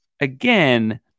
again